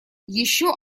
еще